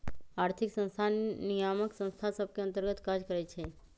आर्थिक संस्थान नियामक संस्था सभ के अंतर्गत काज करइ छै